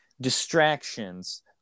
distractions